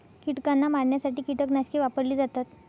कीटकांना मारण्यासाठी कीटकनाशके वापरली जातात